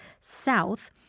south